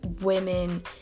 women